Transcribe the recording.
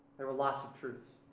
there were lots of troops.